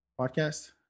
Podcast